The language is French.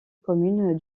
commune